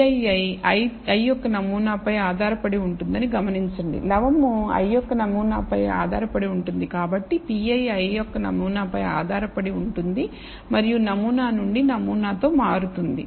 Pii ith నమూనాపై ఆధారపడి ఉంటుందని గమనించండి లవము ith నమూనా పై ఆధారపడి ఉంటుంది కాబట్టి pii ith నమూనాపై ఆధారపడి ఉంటుంది మరియు నమూనా నుండి నమూనా తో మారుతుంది